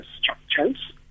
structures